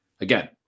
again